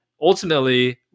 Ultimately